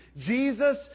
Jesus